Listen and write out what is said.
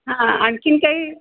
हां आणखी काही